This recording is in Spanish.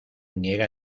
niega